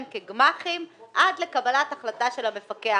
כגמ"חים עד לקבלת החלטה של המפקח.